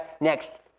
Next